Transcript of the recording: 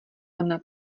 ona